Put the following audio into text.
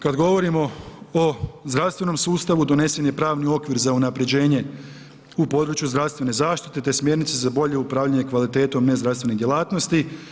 Kad govorimo o zdravstvenom sustavu, donesen je pravni okvir za unaprjeđenje u području zdravstvene zaštite te smjernice za bolje upravljanje kvalitetom nezdravstvenih djelatnosti.